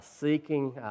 seeking